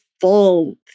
full